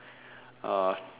uh